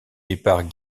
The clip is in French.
départ